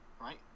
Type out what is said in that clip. right